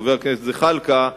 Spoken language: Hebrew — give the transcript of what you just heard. חבר הכנסת זחאלקה,